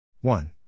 One